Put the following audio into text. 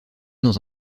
dans